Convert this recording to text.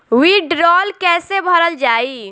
वीडरौल कैसे भरल जाइ?